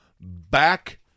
back